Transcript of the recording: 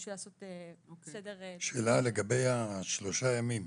שאלה לגבי השלושה ימים.